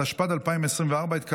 התשפ"ד 2024, נתקבל.